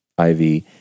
IV